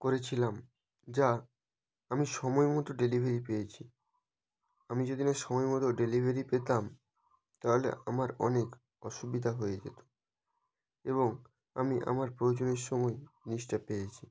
করেছিলাম যা আমি সময়মতো ডেলিভারি পেয়েছি আমি যদি না সময়মতো ডেলিভারি পেতাম তাহলে আমার অনেক অসুবিধা হয়ে যেত এবং আমি আমার প্রয়োজনের সময় জিনিসটা পেয়েছি